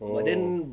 oh